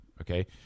Okay